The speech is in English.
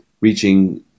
Reaching